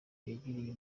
yagiriye